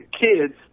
kids